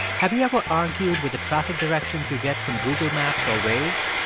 have you ever argued with the traffic directions you get from google maps or waze?